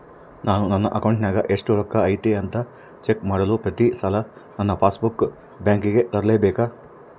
ನಾನು ನನ್ನ ಅಕೌಂಟಿನಾಗ ಎಷ್ಟು ರೊಕ್ಕ ಐತಿ ಅಂತಾ ಚೆಕ್ ಮಾಡಲು ಪ್ರತಿ ಸಲ ನನ್ನ ಪಾಸ್ ಬುಕ್ ಬ್ಯಾಂಕಿಗೆ ತರಲೆಬೇಕಾ?